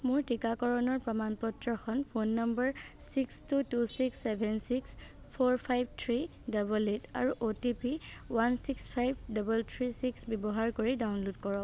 মোৰ টীকাকৰণৰ প্ৰমাণ পত্ৰখন phone number six two two six seven six four five three double eight আৰু O T P one six five double three six ব্যৱহাৰ কৰি download কৰক